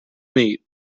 meat